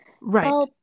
right